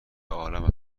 عالم